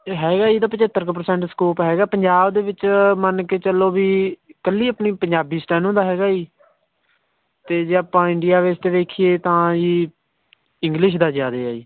ਹੈਗਾ ਇਹਦਾ ਪਝੱਤਰ ਕੁ ਪਰਸੈਂਟ ਸਕੋਪ ਹੈਗਾ ਪੰਜਾਬ ਦੇ ਵਿੱਚ ਮੰਨ ਕੇ ਚੱਲੋ ਵੀ ਇਕੱਲੀ ਆਪਣੀ ਪੰਜਾਬੀ ਸਟੈਨੋ ਦਾ ਹੈਗਾ ਜੀ ਅਤੇ ਜੇ ਆਪਾਂ ਇੰਡੀਆ ਬੇਸ 'ਤੇ ਵੇਖੀਏ ਤਾਂ ਜੀ ਇੰਗਲਿਸ਼ ਦਾ ਜਿਆਦਾ ਹੈ ਜੀ